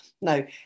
No